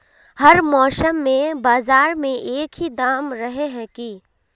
हर मौसम में बाजार में एक ही दाम रहे है की?